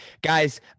guys